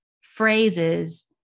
phrases